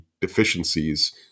deficiencies